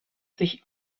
sich